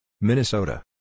Minnesota